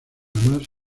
más